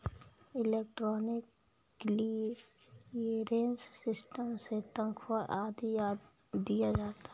electronic clearance system से तनख्वा आदि दिया जाता है